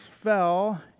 fell